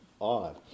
odd